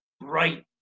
Right